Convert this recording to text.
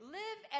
live